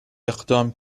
اقدام